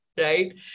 right